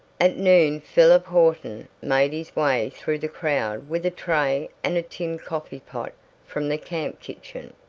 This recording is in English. at noon philip horton made his way through the crowd with a tray and a tin coffee-pot from the camp kitchen.